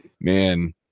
man